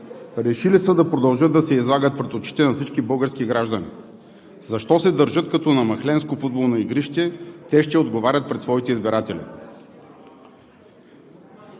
Решили са да продължат да се излагат пред очите на всички български граждани. Защо се държат като на махленско футболно игрище – те ще отговарят пред своите избиратели.